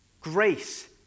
grace